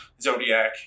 Zodiac